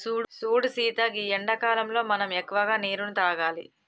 సూడు సీత గీ ఎండాకాలంలో మనం ఎక్కువగా నీరును తాగాలి